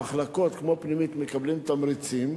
שבמחלקות כמו פנימית מקבלים תמריצים,